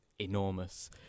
enormous